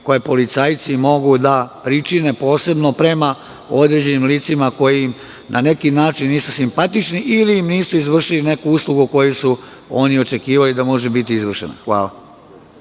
koje policajci mogu da pričine, posebno prema određenim licima koji im na neki način nisu simpatični, ili im nisu izvršili neku uslugu koju su oni očekivali da može biti izvršena. Hvala.